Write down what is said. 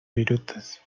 virutas